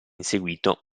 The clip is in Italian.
inseguito